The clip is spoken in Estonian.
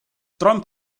trump